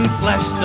flesh